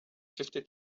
fifty